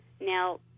Now